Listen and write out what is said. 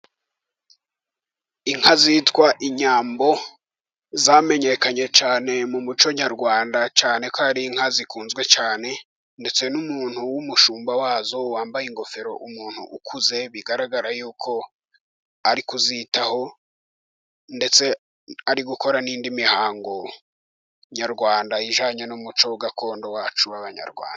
Inka zitwa inyambo zamenyekanye cyane mu muco Nyarwanda cyane ko ari inka zikunzwe cyane ndetse n'umuntu w'umushumba wazo wambaye ingofero. Umuntu ukuze bigaragara yuko ari kuzitaho ndetse ari gukora n'indi mihango Nyarwanda ijyanye n'umuco gakondo wacu w'abanyarwanda.